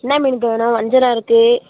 என்ன மீன் அக்கா வேணும் வஞ்சிரம் இருக்குது